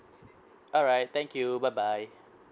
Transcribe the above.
alright thank you bye bye